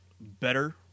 better